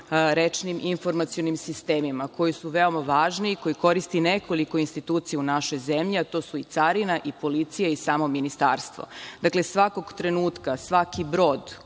rečnim informacionim sistemima koji su veoma važni, koje koristi nekoliko institucija u našoj zemlji, a to su i carina i policija i samo Ministarstvo. Dakle, svakog trenutka, svaki brod